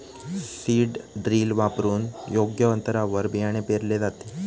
seed drill वापरून योग्य अंतरावर बियाणे पेरले जाते